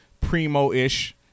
Primo-ish